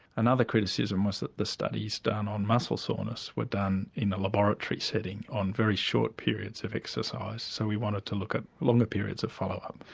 another criticism was that the studies done on muscle soreness were done in a laboratory setting on very short periods of exercise so we wanted to look at longer periods of follow up.